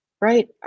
right